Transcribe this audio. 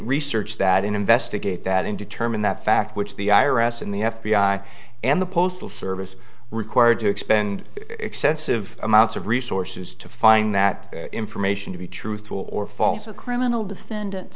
research that and investigate that and determine that fact which the i r s and the f b i and the postal service required to expend excessive amounts of resources to find that information to be truthful or false or criminal defendants